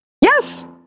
yes